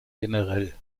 generell